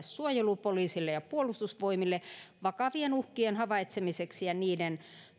suojelupoliisille ja puolustusvoimille vakavien uhkien havaitsemiseksi ja niiden